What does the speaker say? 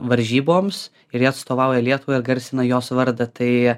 varžyboms ir jie atstovauja lietuvą ir garsina jos vardą tai